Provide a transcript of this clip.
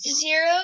zero